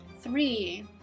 Three